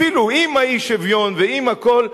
אפילו עם האי-שוויון ועם הכול,